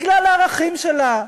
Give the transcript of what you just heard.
בגלל הערכים שלה,